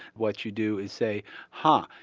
what you do is say ha,